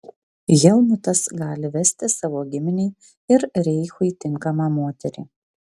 helmutas gali vesti savo giminei ir reichui tinkamą moterį